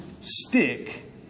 stick